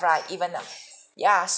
right even up yes